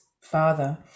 father